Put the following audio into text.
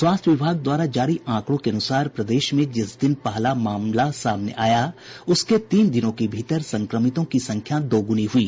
स्वास्थ्य विभाग द्वारा जारी आंकड़ों के अनुसार प्रदेश में जिस दिन पहला मामला सामने आया उसके तीन दिनों के भीतर संक्रमितों की संख्या दोगुनी हुई